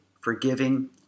forgiving